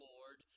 Lord